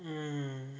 mm